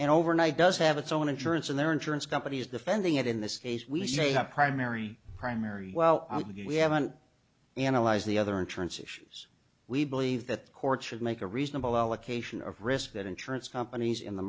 and overnight does have its own insurance and their insurance company is defending it in this case we say have primary primary well we haven't analyzed the other insurance issues we believe that courts should make a reasonable allocation of risk that insurance companies in the